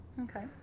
okay